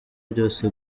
byose